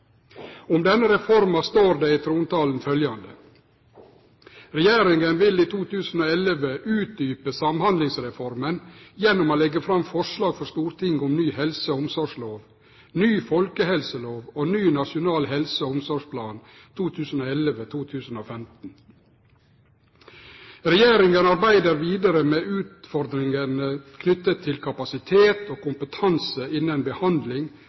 Om denne reforma står det i trontalen følgjande: «Regjeringen vil i 2011 utdype Samhandlingsreformen gjennom å legge fram forslag for Stortinget om ny helse- og omsorgslov, ny folkehelselov og ny nasjonal helse- og omsorgsplan 2011–2015. Regjeringen arbeider videre med utfordringene knyttet til kapasitet og kompetanse innen behandling,